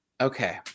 Okay